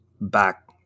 Back